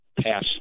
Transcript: pass